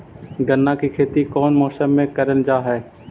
गन्ना के खेती कोउन मौसम मे करल जा हई?